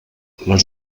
les